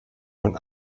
von